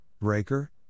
Breaker